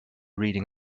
reading